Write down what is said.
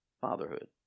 fatherhood